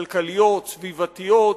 כלכליות, סביבתיות.